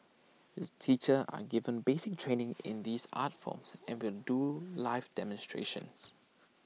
its teachers are given basic training in these art forms and will do live demonstrations